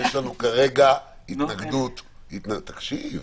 יש לנו כרגע התנגדות תקשיב.